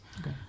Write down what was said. Okay